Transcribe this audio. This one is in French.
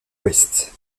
ouest